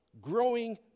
growing